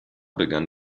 begann